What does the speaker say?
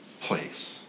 place